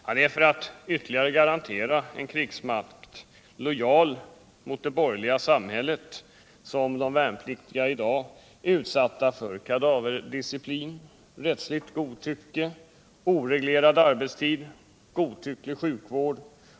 Det är för att ytterligare garantera en krigsmakt, lojal mot det borgerliga samhället, som de värnpliktiga i dag är utsatta för kadaverdisciplin, rättsligt godtycke, oreglerad arbetstid och godtycklig sjukvård.